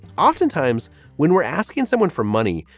oftentimes when we're asking someone for money,